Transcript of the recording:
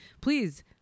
please